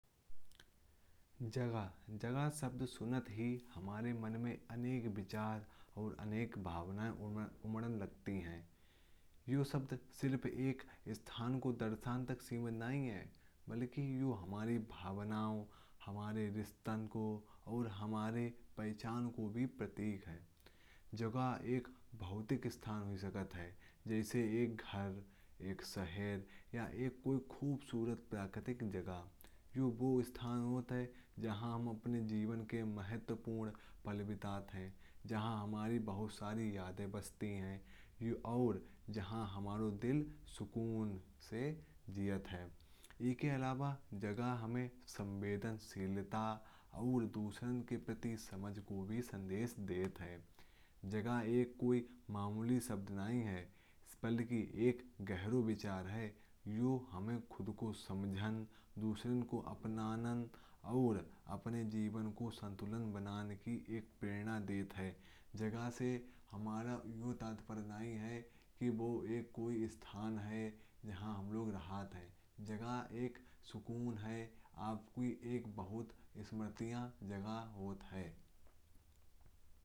जगह जगह शब्द सुनने से ही हमारे मन में अनेक विचार और अनेक भावनाएँ उम्लाड़ती हैं। ये शब्द सिर्फ एक स्थान को दर्शन तक सीमित नहीं है। बल्कि ये हमारी भावनाओं हमारे रिश्ते को और हमारी पहचान को भी प्रतीक है। जगह एक भौतिक स्थान होता है। जैसे एक घर एक शहर या कोई खूबसूरत प्राकृतिक जगह। जो वो स्थान होता है जहाँ हमारे जीवन के महत्वपूर्ण पल बिटते हैं। जहाँ हमारी बहुत सारी यादें जुड़ी हैं और जहाँ हमारा दिल सुकून से जीता है। इनके अलावा जगह हमें संवेदनशीलता और दुश्ताओं के प्रति समझ को भी संदेश देती है। जगह कोई मामूली शब्द नहीं है बल्कि एक गहरा विचार है। ये हमें खुद को समझने दूसरों को अपनाने। और अपने जीवन को संतुलन बनाने की एक प्रेरणा देती है। जगह से हमारा यह तात्पर्य नहीं है कि वो सिर्फ एक स्थान है जहाँ हम लोग आराम करते हैं। बल्कि जगह एक सुकून है जो एक बहुत ही महत्वपूर्ण यादगार होती है।